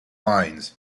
lines